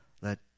Let